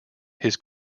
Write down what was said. his